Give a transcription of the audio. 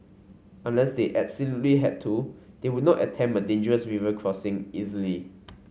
unless they absolutely had to they would not attempt a dangerous river crossing easily